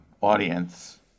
audience